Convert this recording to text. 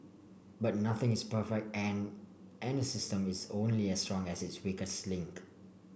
but nothing is perfect and any system is only as strong as its weakest link